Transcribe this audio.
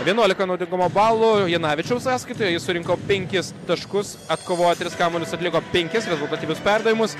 vienuolika naudingumo balų janavičiaus sąskaitoje jis surinko penkis taškus atkovojo tris kamuolius atliko penkis rezultatyvius perdavimus